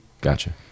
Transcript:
Gotcha